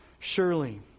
Surely